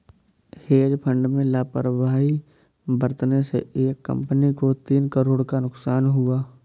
hedge fund में लापरवाही बरतने से एक कंपनी को तीन करोड़ का नुकसान हुआ